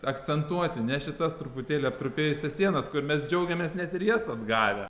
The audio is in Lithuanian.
akcentuoti ne šitas truputėlį aptrupėjusias sienas kur mes džiaugiamės net ir jas atgavę